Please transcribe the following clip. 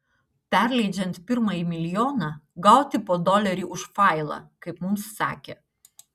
perleidžiant pirmąjį milijoną gauti po dolerį už failą kaip mums sakė